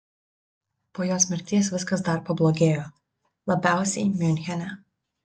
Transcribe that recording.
po jos mirties viskas dar pablogėjo labiausiai miunchene